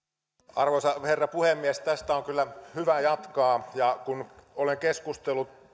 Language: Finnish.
arvoisa herra puhemies tästä on kyllä hyvä jatkaa ja kun olen keskustellut